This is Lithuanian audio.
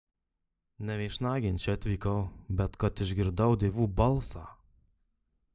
ne viešnagėn čia atvykau bet kad išgirdau dievų balsą